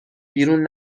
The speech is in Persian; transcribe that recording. بیرون